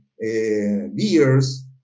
beers